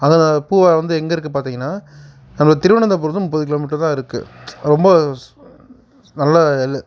பூவாறு வந்து எங்கே இருக்குது பார்த்தீங்னா நம்மளுக்கு திருவனந்தபுரத்தில் இருந்து முப்பது கிலோ மீட்டரில் தான் இருக்குது ரொம்ப நல்லா எல்ல